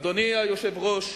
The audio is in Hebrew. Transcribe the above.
אדוני היושב-ראש,